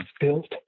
built